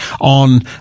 On